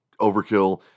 overkill